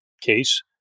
case